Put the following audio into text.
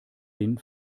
den